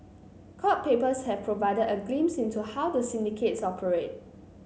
court papers have provided a glimpse into how the syndicates operate